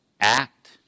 act